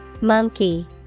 Monkey